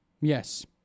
Yes